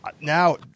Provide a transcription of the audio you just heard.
now